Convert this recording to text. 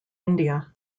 india